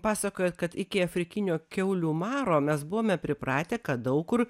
pasakojot kad iki afrikinio kiaulių maro mes buvome pripratę kad daug kur